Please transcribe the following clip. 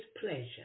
pleasure